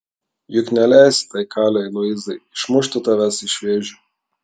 juk neleisi tai kalei luizai išmušti tavęs iš vėžių